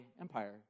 Empire